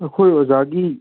ꯑꯩꯈꯣꯏ ꯑꯣꯖꯥꯒꯤ